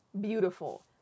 beautiful